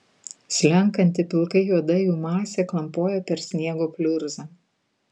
slenkanti pilkai juoda jų masė klampojo per sniego pliurzą